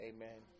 Amen